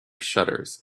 shutters